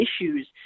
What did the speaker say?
issues